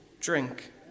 drink